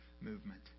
movement